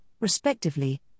respectively